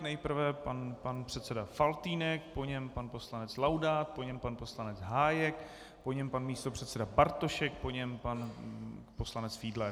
Nejprve pan předseda Faltýnek, po něm pan poslanec Laudát, po něm pan poslanec Hájek, po něm pan místopředseda Bartošek, po něm pan poslanec Fiedler.